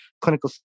clinical